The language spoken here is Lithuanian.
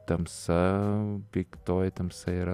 tamsa piktoji tamsa yra